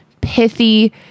pithy